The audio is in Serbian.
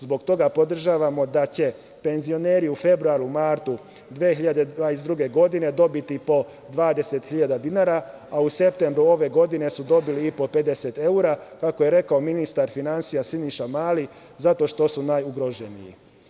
Zbog toga podržavamo da će penzioneri u februaru, martu 2022. godine, dobiti po 20.000 dinara, a u septembru ove godine su dobili i po 50 evra, kako je rekao ministar finansija Siniša Mali - zato što su najugroženiji.